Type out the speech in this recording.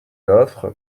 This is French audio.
l’offre